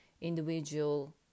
individual